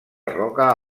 roca